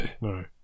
No